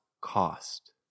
cost